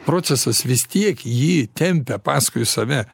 procesas vis tiek jį tempia paskui save